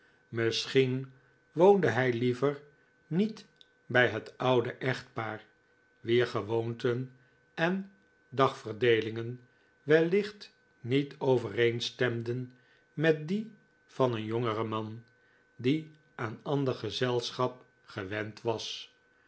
misschien woonde hij liever niet bij het oude echtpaar wier gewoonten en dagverdeelingen wellicht niet overeenstemden met die van een jongeren man die aan ander gezelschap gewend was